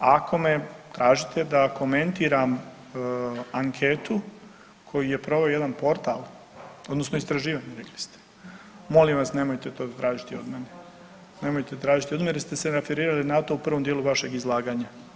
Ako me tražite da komentiram anketu koju je proveo jedan portal odnosno istraživanje rekli ste, molim vas nemojte to tražiti od mene, nemojte tražiti od mene jer ste se referirali na to u prvom dijelu vašeg izlaganja.